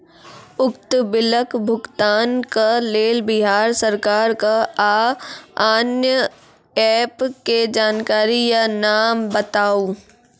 उक्त बिलक भुगतानक लेल बिहार सरकारक आअन्य एप के जानकारी या नाम बताऊ?